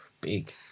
Big